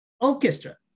orchestra